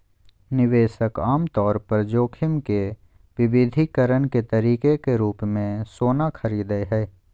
निवेशक आमतौर पर जोखिम के विविधीकरण के तरीके के रूप मे सोना खरीदय हय